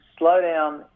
slowdown